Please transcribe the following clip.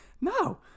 No